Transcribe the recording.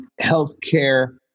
Healthcare